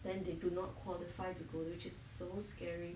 then they do not qualify to go which is so scary